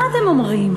מה אתם אומרים?